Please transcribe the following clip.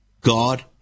God